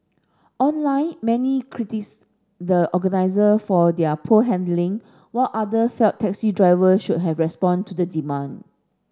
online many the organiser for their poor handling while other felt taxi driver should have responded to the demand